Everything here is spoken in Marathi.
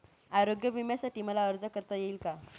आरोग्य विम्यासाठी मला अर्ज करता येईल का?